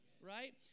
Right